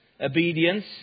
obedience